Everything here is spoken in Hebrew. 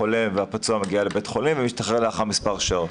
החולה והפצוע מגיע לבית החולים ומשתחרר לאחר מספר שעות.